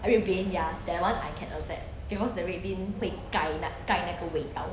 and red bean ya that [one] I can accept because the red bean 会盖那会盖那个味道